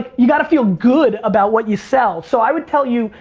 ah you gotta feel good about what you sell so i would tell you,